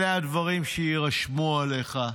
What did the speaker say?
אלה הדברים שיירשמו עליך.